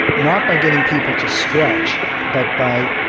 not by getting people to stretch but by,